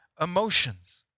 emotions